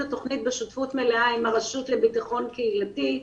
התוכנית בשותפות מלאה עם הרשות לביטחון קהילתי,